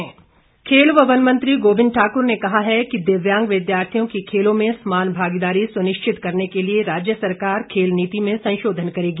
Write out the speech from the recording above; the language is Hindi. गोबिंद ठाकुर खेल व वन मंत्री गोबिंद ठाकुर ने कहा है कि दिव्यांग विद्यार्थियों की खेलों में समान भागीदारी सुनिश्चित करने के लिए राज्य सरकार खेल नीति में संशोधन करेगी